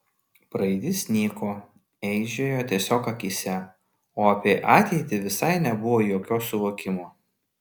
praeitis nyko eižėjo tiesiog akyse o apie ateitį visai nebuvo jokio suvokimo